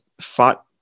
fought